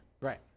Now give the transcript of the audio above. Right